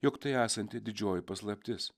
jog tai esanti didžioji paslaptis